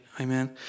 Amen